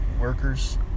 workers